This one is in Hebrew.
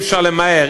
אי-אפשר למהר,